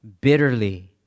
bitterly